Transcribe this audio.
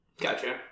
Gotcha